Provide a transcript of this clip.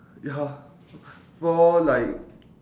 ya for like